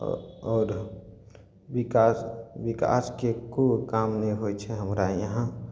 ओ आओर विकास विकासके एगो काम नहि होइ छै हमरा यहाँ